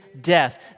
death